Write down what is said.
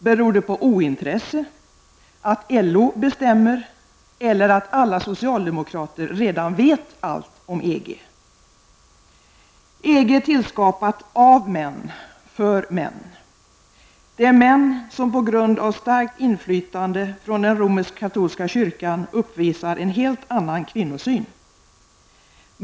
Beror det på ointresse, på att LO bestämmer eller på att alla socialdemokrater redan vet allt om EG? EG är tillskapat av män för män. Det är män som på grund av starkt inflytande från den romerskkatolska kyrkan uppvisar en helt annan kvinnosyn.